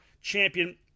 champion